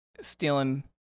stealing